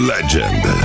Legend